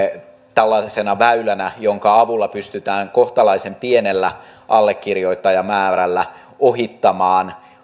tällaisena väylänä jonka avulla pystytään kohtalaisen pienellä allekirjoittajamäärällä ohittamaan